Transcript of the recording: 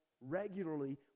regularly